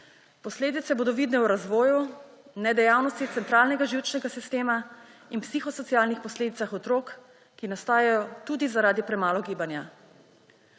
Posledice bodo vidne v razvoju nedejavnosti centralnega živčnega sistema in psihosocialnih posledicah otrok, ki nastajajo tudi zaradi premalo gibanja.